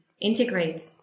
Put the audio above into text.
integrate